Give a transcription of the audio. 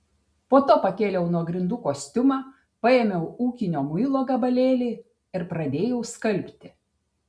po to pakėliau nuo grindų kostiumą paėmiau ūkinio muilo gabalėlį ir pradėjau skalbti